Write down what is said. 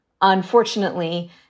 unfortunately